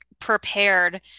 prepared